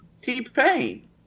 t-pain